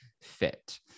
fit